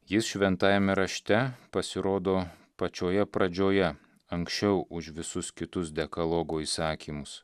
jis šventajame rašte pasirodo pačioje pradžioje anksčiau už visus kitus dekalogo įsakymus